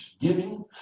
giving